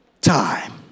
time